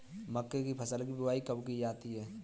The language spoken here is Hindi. मक्के की फसल की बुआई कब की जाती है?